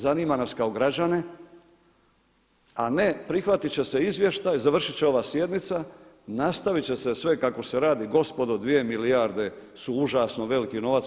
Zanima nas kao građane, a ne prihvatit će se izvještaj, završit će ova sjednica, nastavit će se sve kako se radi gospodo 2 milijarde su užasno veliki novac.